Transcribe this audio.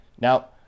Now